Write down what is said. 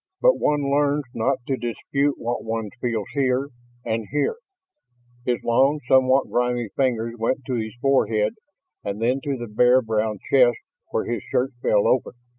but one learns not to dispute what one feels here and here his long, somewhat grimy fingers went to his forehead and then to the bare brown chest where his shirt fell open.